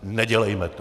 Nedělejme to!